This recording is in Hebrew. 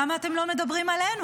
למה אתם לא מדברים עלינו?